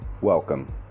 welcome